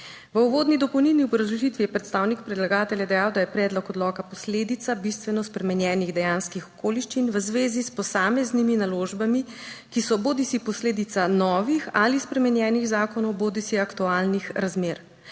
V uvodni dopolnilni obrazložitvi je predstavnik predlagatelja dejal, da je predlog odloka posledica bistveno spremenjenih dejanskih okoliščin v zvezi s posameznimi naložbami, ki so bodisi posledica novih ali spremenjenih zakonov bodisi aktualnih 46.